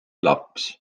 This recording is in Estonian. laps